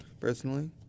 personally